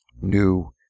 new